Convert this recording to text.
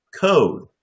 code